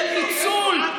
של ניצול,